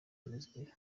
venezuela